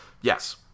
Yes